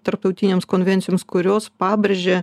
tarptautinėms konvencijoms kurios pabrėžė